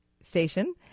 station